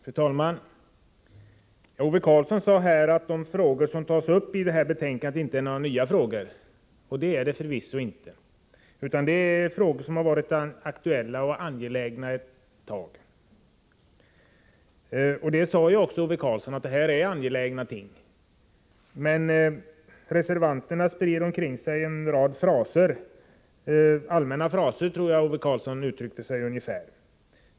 Fru talman! Ove Karlsson sade att de frågor som behandlas i betänkandet inte är nya. Det är de förvisso inte. De har varit aktuella och angelägna en tid. Att de rör angelägna ting medgav Ove Karlsson. Man han sade också — om jag uppfattade honom rätt — att reservanterna sprider en rad allmänna fraser omkring sig. Så är det ändå inte.